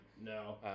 No